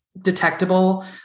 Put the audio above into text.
detectable